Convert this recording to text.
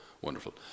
Wonderful